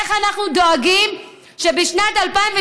איך אנחנו דואגים שבשנת 2018,